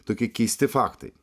tokie keisti faktai